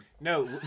No